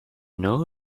know